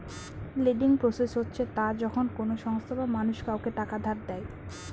lending process হচ্ছে তা যখন কোনো সংস্থা বা মানুষ কাউকে টাকা ধার দেয়